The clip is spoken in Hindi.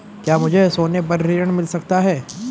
क्या मुझे सोने पर ऋण मिल सकता है?